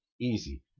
easy